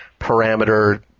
parameter